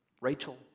Rachel